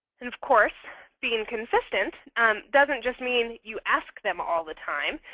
and of course, being consistent um doesn't just mean you ask them all the time.